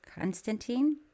Constantine